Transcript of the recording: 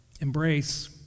embrace